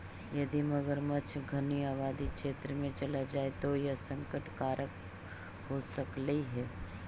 यदि मगरमच्छ घनी आबादी क्षेत्र में चला जाए तो यह संकट कारक हो सकलई हे